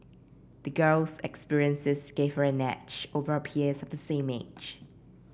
the girl's experiences gave her an edge over her peers of the same age